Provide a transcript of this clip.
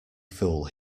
fool